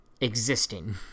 existing